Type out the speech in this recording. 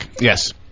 yes